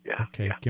Okay